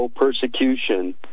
persecution